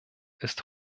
ist